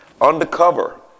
undercover